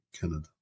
Canada